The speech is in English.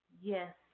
Yes